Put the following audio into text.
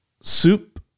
Soup